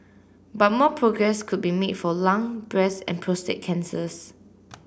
but more progress could be made for lung breast and prostate cancers